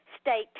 state